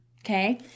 Okay